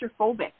claustrophobic